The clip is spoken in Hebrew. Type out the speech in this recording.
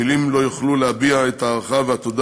מילים לא יוכלו להביע את ההערכה והתודה